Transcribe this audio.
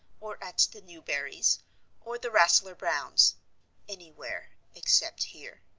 or at the newberrys' or the rasselyer-browns' anywhere except here.